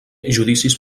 judicis